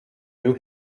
new